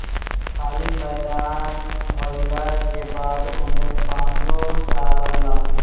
खाली मैदान भइला के बाद ओमे पानीओ डलाला